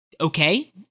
okay